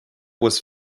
was